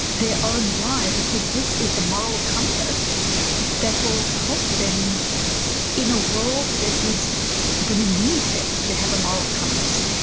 their own why, because this is the moral compass that will help them in a world that is going to need them to have a moral compass,